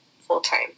full-time